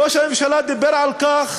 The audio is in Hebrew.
ראש הממשלה דיבר על כך